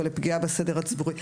או לפגיעה בסדר הציבורי.